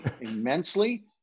immensely